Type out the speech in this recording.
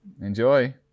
Enjoy